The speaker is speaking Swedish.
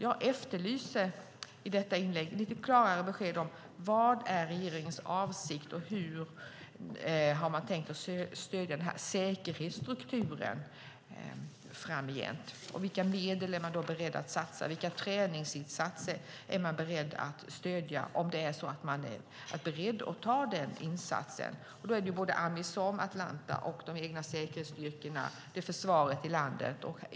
Jag efterlyser i detta inlägg lite klarare besked om vad som är regeringens avsikt och hur man har tänkt stödja denna säkerhetsstrukturen framgent. Vilka medel är man beredd att satsa? Vilka träningsinsatser är man beredd att stödja om man är beredd att göra denna insats? Då handlar det om Amisom, Atalanta, de egna säkerhetsstyrkorna och försvaret i landet.